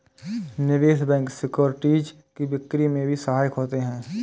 निवेश bank securities की बिक्री में भी सहायक होते हैं